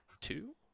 two